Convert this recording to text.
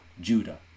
Judah